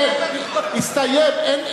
איפה, הסתיים.